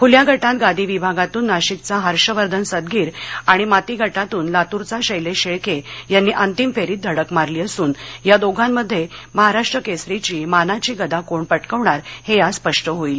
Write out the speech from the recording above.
खुल्या गटात गादी विभागातून नाशिकचा हर्षवर्धन सदगिर आणि माती गटातून लातूरचा शैलेश शेळके यांनी अंतिम फेरीत धडक मारली असून या दोघांमध्ये महाराष्ट्र केसरीची मानाची गदा कोण पटकावणार हे आज स्पष्ट होईल